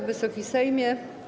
Wysoki Sejmie!